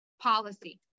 policy